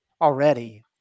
already